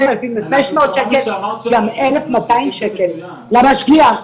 --- גם 1,200 שקל למשגיח.